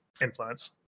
influence